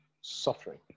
suffering